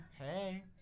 Hey